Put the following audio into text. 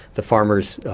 the farmers,